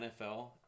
NFL